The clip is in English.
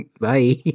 Bye